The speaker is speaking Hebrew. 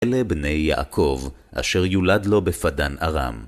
אלה בני יעקב, אשר יולד לו בפדאן ארם.